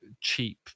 cheap